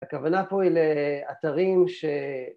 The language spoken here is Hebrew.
‫הכוונה פה היא לאתרים ש...